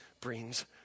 brings